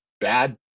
bad